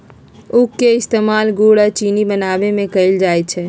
उख के इस्तेमाल गुड़ आ चिन्नी बनावे में कएल जाई छई